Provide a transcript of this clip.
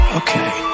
okay